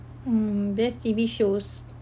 mm best T_V shows